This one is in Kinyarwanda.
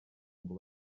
ngo